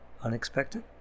unexpected